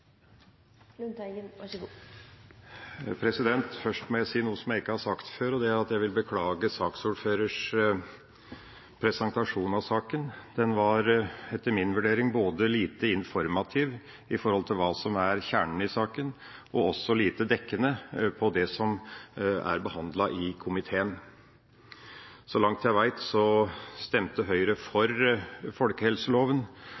Først må jeg si noe jeg ikke har sagt før, og det er at jeg vil beklage saksordførerens presentasjon av saken. Den var etter min vurdering både lite informativ med tanke på hva som er kjernen i saken, og også lite dekkende for det som er behandlet i komiteen. Så langt jeg vet, stemte Høyre